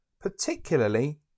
particularly